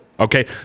Okay